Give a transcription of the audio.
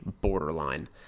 borderline